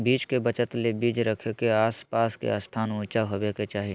बीज के बचत ले बीज रखे के आस पास के स्थान ऊंचा होबे के चाही